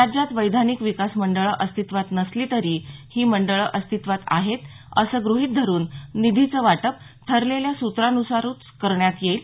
राज्यात वैधानिक विकास मंडळं अस्तित्वात नसली तरी ही मंडळं अस्तित्वात आहेत असं ग्रहीत धरुन निधीचं वाटप ठरलेल्या सुत्रान्सारच करण्यात येईल